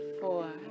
four